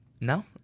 No